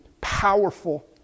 powerful